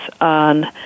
on